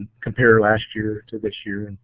compare last year to this year, and